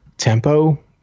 tempo